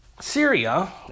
Syria